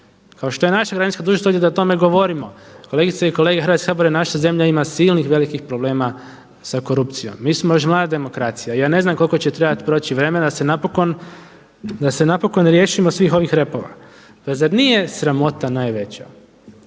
kao što je naša građanska dužnost ovdje da o tome govorimo. Kolegice i kolege Hrvatskoga sabora naša zemlja ima silnih velikih problema sa korupcijom. Mi smo još mlada demokracija i ja ne znam koliko će trebati proći vremena da se napokon riješimo svih ovih repova. Zar nije sramota najveća